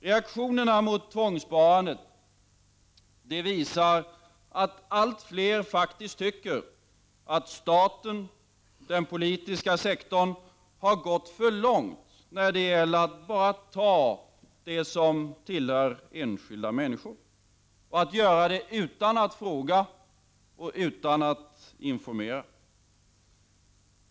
Reaktionerna mot tvångssparandet visar att allt fler anser att staten och den politiska sektorn har gått för långt när det gäller att bara ta det som tillhör enskilda människor, utan att fråga och utan att informera.